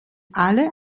alle